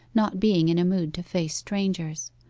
not being in a mood to face strangers.